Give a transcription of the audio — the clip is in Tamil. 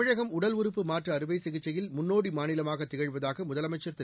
தமிழகம் உடல் உறுப்பு மாற்று அறுவை சிகிச்சையில் முன்னோடி மாநிலமாக திகழ்வதாக முதலமைச்சர் திரு